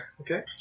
Okay